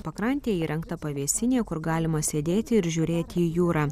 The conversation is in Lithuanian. pakrantėj įrengta pavėsinė kur galima sėdėti ir žiūrėti į jūrą